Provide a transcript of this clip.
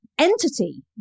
entity